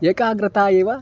एकाग्रता एव